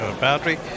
boundary